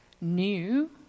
New